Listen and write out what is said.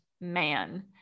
man